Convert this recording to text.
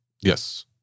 Yes